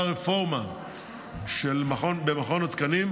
כשהייתה רפורמה במכון התקנים,